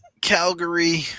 Calgary